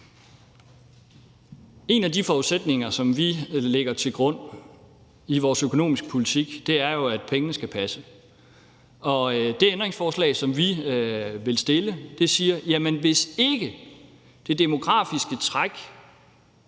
En af de forudsætninger, som vi lægger til grund i vores økonomiske politik, er jo, at pengene skal passe, og med det ændringsforslag, som vi vil stille, siger vi: Hvis ikke det demografiske træk